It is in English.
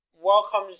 welcome